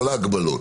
כל ההגבלות,